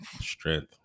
Strength